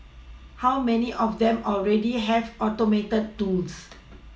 how many of them already have Automated tools